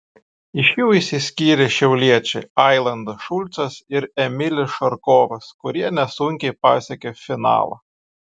iš jų išsiskyrė šiauliečiai ailandas šulcas ir emilis šarkovas kurie nesunkiai pasiekė finalą